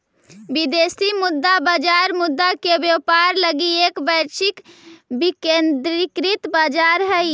विदेशी मुद्रा बाजार मुद्रा के व्यापार लगी एक वैश्विक विकेंद्रीकृत बाजार हइ